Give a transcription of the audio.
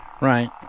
Right